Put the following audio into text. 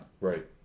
Right